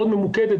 מאוד ממוקדת,